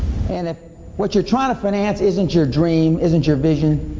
and if what you're trying to finance isn't your dream, isn't your vision,